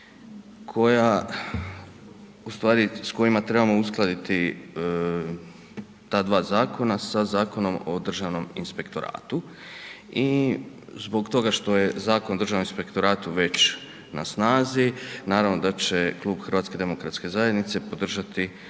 koja ustvari s kojima trebamo uskladiti ta dva zakona sa Zakonom o Državnom inspektoratu. I zbog toga što je Zakon o Državnom inspektoratu već na snazi naravno da će Klub HDZ-a podržati